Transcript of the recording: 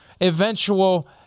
eventual